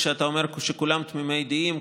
כשאתה אומר שכולם תמימי דעים,